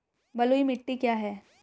बलुई मिट्टी क्या है?